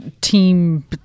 team